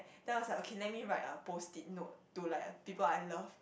then I was like okay let me write a post-it note to like people I love